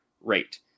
rate